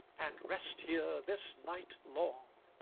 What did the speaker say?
and rest here this night long.